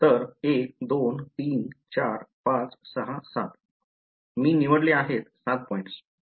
तर 1 2 3 4 5 6 7 मी निवडले आहेत 7 पॉईंट्स